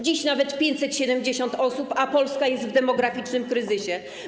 Dziś nawet 570 osób, a Polska jest w demograficznym kryzysie.